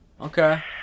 Okay